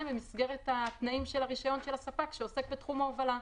במסגרת התנאים של הרישיון של הספק שעוסק בתחום ההובלה.